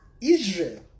Israel